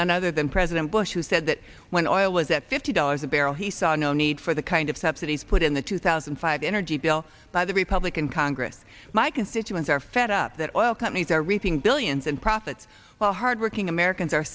none other than president bush who said that when oil was at fifty dollars a barrel he saw no need for the kind of subsidies put in the two thousand and five energy bill by the republican congress my constituents are fed up that oil companies are reaping billions in profits while hardworking americans are